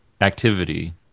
activity